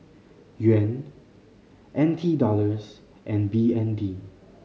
Yuan N T Dollars and B N D